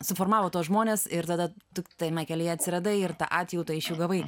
suformavo tuos žmones ir tada tu tame kelyje atsiradai ir tą atjautą iš jų gavai